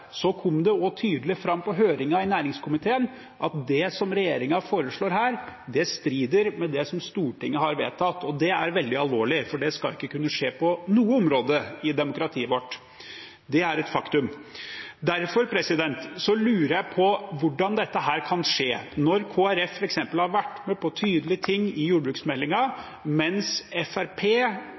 kom det også tydelig fram på høringen i næringskomiteen at det regjeringen foreslår her, strider mot det Stortinget har vedtatt. Det er veldig alvorlig, for det skal ikke kunne skje på noe område i demokratiet vårt. Det er et faktum. Derfor lurer jeg på hvordan dette kan skje. Kristelig Folkeparti har f.eks. vært med på tydelige ting i jordbruksmeldingen, mens